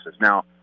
Now